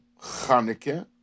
Chanukah